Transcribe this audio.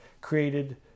created